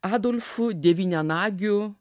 adolfu devynianagiu